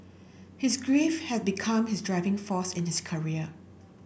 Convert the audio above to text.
his grief had become his driving force in his career